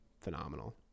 phenomenal